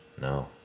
no